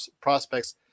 prospects